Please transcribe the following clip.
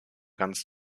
ganz